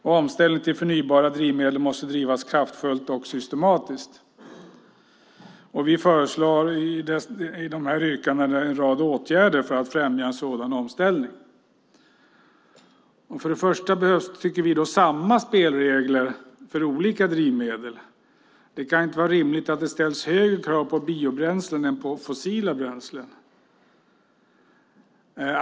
Omställningen till förnybara drivmedel måste drivas kraftfullt och systematiskt. Vi föreslår i de här yrkandena en rad åtgärder för att främja en sådan omställning. För det första behövs, tycker vi, samma spelregler för olika drivmedel. Det kan inte vara rimligt att det ställs högre krav på biobränslen än på fossila bränslen.